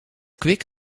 kwik